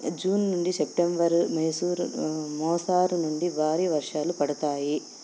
June నుండి September Mysuru మోస్తరు నుండి వారి వర్షాలు పడతాయి